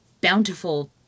bountiful